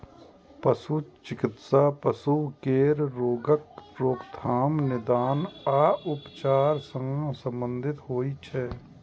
पशु चिकित्सा पशु केर रोगक रोकथाम, निदान आ उपचार सं संबंधित होइ छै